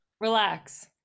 Relax